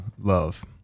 love